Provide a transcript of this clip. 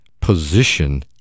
position